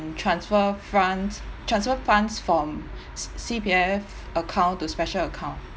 transfer france transfer funds from C_P_F account to special account